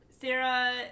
Sarah